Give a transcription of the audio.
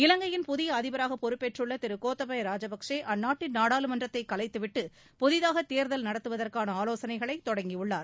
இலங்கையின் புதிய அதிபராக பொறுப்பேற்றுள்ள திரு கோத்தபய ராஜபக்சே அந்நாட்டின் நாடாளுமன்றத்தைக் கலைத்துவிட்டு புதிதாக தேர்தல் நடத்துவதற்கான ஆலோசனைகளைத் தொடங்கியுள்ளார்